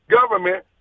government